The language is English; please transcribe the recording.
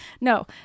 No